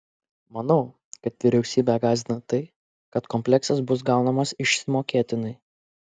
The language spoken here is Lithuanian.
manau kad vyriausybę gąsdina tai kad kompleksas bus gaunamas išsimokėtinai